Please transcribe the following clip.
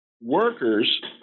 workers